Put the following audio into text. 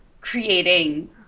creating